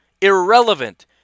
Irrelevant